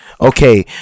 okay